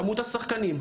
כמות השחקנים,